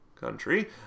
country